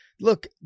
look